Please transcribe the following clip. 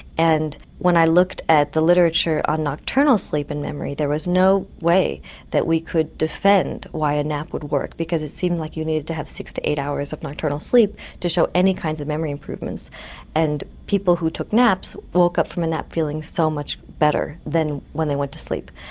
and when i looked at the literature on nocturnal sleep and memory, there was no way that we could defend why a nap would work, because it seemed like you needed to have six to eight hours of nocturnal sleep to show any kinds of memory improvements and people who took naps woke up from a nap feeling so much better than when they went to sleep.